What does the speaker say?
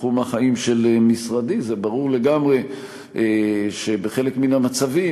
מתחום החיים של משרדי: זה ברור לגמרי שבחלק מהמצבים,